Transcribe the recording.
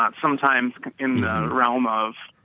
ah sometimes in the realm of,